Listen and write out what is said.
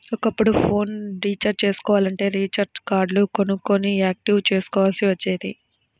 ఒకప్పుడు phone recharge చేసుకోవాలంటే recharge కార్డులు కొనుక్కొని యాక్టివేట్ చేసుకోవాల్సి వచ్చేది